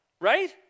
right